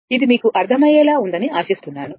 ఇది మీకు అర్థమయ్యేలా ఉందని ఆశిస్తున్నాను